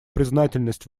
признательность